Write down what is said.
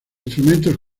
instrumentos